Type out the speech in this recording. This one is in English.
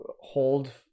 hold